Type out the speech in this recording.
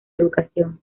educación